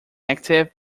active